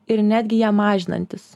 ir netgi ją mažinantys